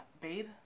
Babe